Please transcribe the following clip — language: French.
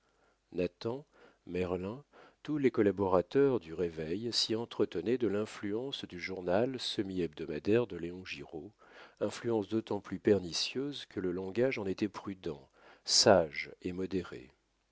merlin tous les collaborateurs du réveil s'y entretenaient de l'influence du journal semi hebdomadaire de léon giraud influence d'autant plus pernicieuse que le langage en était prudent sage et modéré